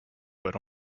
but